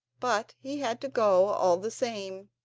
but he had to go all the same.